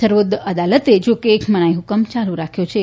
સર્વોચ્ચ અદાલતે જો કે મનાઇહકમ ચાલુ રાખ્યો છે